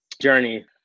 journey